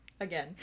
Again